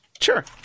Sure